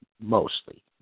mostly